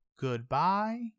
Goodbye